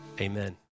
amen